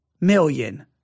million